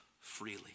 freely